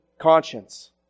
conscience